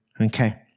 Okay